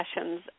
sessions